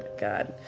god.